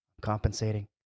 Compensating